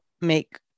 make